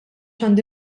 għandi